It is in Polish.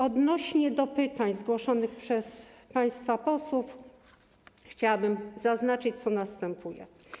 Odnośnie do pytań zgłoszonych przez państwa posłów chciałabym zaznaczyć, co następuje.